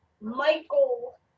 Michael